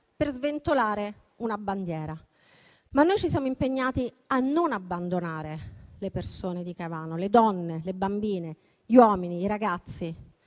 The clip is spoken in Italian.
per sventolare una bandiera. Noi però ci siamo impegnati a non abbandonare le persone di Caivano, le donne, le bambine, gli uomini e i ragazzi